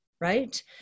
right